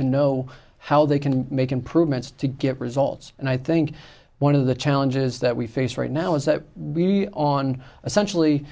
to know how they can make improvements to get results and i think one of the challenges that we face right now is that we on a centrally